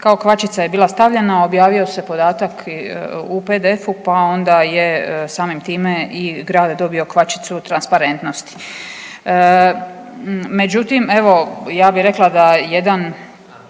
kao kvačica je bila stavljena objavio se podatak u PDF-u pa onda je samim time i GRAWE dobio kvačicu transparentnosti. Međutim, evo ja bi rekla da jedan